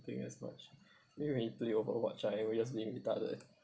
think as much then when we play Overwatch we're just being retarded